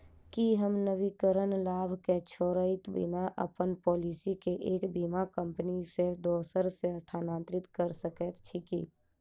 की हम नवीनीकरण लाभ केँ छोड़इत बिना अप्पन पॉलिसी केँ एक बीमा कंपनी सँ दोसर मे स्थानांतरित कऽ सकैत छी की?